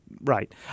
right